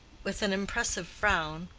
with an impressive frown,